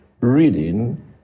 reading